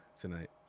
tonight